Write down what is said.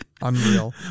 unreal